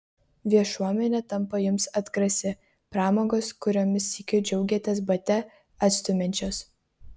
viešuomenė tampa jums atgrasi pramogos kuriomis sykiu džiaugėtės bate atstumiančios